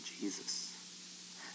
Jesus